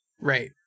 right